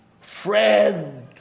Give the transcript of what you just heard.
Friend